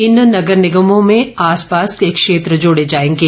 इन नगर निगमों में आस पास के क्षेत्र जोड़े जाएंगे